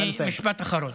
משפט אחרון.